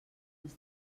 les